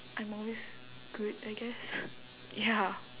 I'm always good I guess ya